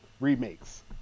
Remakes